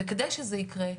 על מנת שזה יקרה,